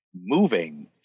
moving